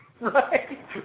Right